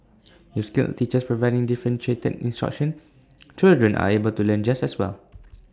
with skilled teachers providing differentiated instruction children are able to learn just as well